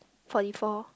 forty four